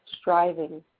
striving